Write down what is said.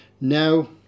now